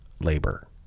labor